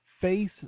face